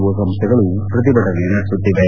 ಒ ಸಂಸ್ಥೆಗಳು ಪ್ರತಿಭಟನೆ ನಡೆಸುತ್ತಿವೆ